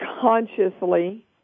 consciously